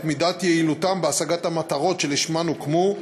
מידת יעילותם בהשגת המטרות שלשמן הוקמו,